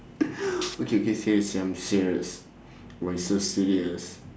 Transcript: okay okay serious I'm serious why so serious